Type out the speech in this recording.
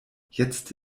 jetzt